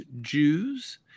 Jews